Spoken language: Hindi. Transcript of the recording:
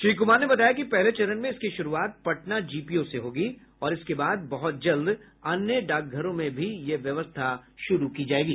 श्री कुमार ने बताया कि पहले चरण में इसकी शुरूआत पटना जीपीओ से होगी और इसके बाद बहुत जल्द अन्य डाकघरों में भी यह व्यवस्था शुरू की जायेगी